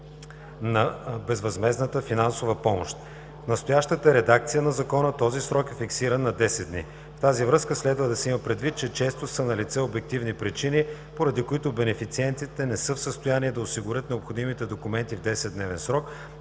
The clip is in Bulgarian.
на безвъзмездната финансова помощ. В настоящата редакция на закона този срок е фиксиран на 10 дни. В тази връзка следва да се има предвид, че често са налице обективни причини, поради които бенефициентите не са в състояние да осигурят необходимите документи в 10-дневен срок,